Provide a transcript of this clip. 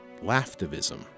laftivism